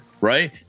right